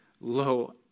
lo